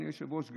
אדוני היושב-ראש,